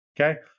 Okay